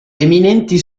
eminenti